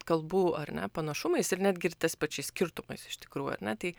kalbų ar ne panašumais ir netgi ir tais pačiais skirtumais iš tikrų ar ne tai